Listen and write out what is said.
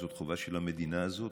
זאת חובה של המדינה הזאת,